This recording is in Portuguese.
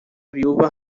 viúva